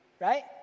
right